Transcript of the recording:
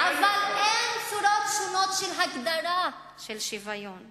אבל אין צורות שונות של הגדרה של שוויון.